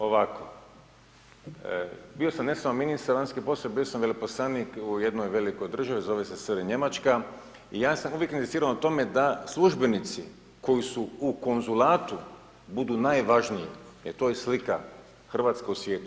Ovako bio sam ne samo ministar vanjskih poslova, bio sam veleposlanik u jednoj velikoj državi, zove se SR Njemačka i ja sam uvijek inzistirao na tome da službenici koji su u konzulatu budu najvažniji jer to je slika Hrvatske u svijetu.